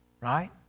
Right